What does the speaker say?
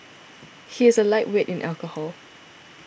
he is a lightweight in alcohol